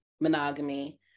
monogamy